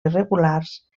irregulars